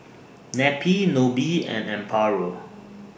Neppie Nobie and Amparo